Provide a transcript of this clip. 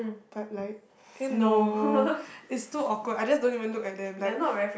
but like you know it's too awkward I just don't even look at them like